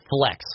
flex